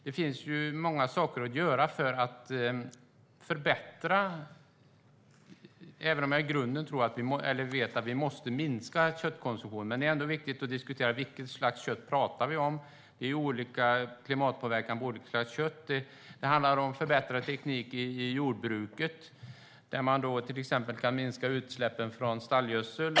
Det finns många saker att förbättra, även om jag i grunden vet att vi måste minska köttkonsumtionen. Det är viktigt att diskutera vilket slags kött vi pratar om. Det är olika klimatpåverkan från olika kött. Det handlar om förbättrad teknik i jordbruket, där man till exempel kan minska utsläppen från stallgödsel.